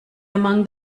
among